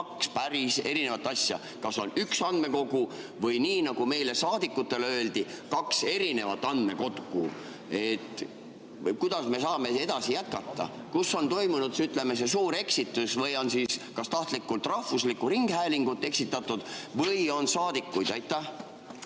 kaks päris erinevat asja – kas on üks andmekogu või on nii, nagu meile, saadikutele, öeldi, et on kaks erinevat andmekogu. Kuidas me saame sedasi jätkata? Kus on toimunud, ütleme, see suur eksitus? Kas on tahtlikult rahvuslikku ringhäälingut eksitatud või on [eksitatud]